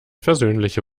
versöhnliche